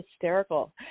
hysterical